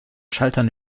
schaltern